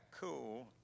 cool